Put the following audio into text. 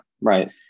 right